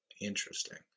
Interesting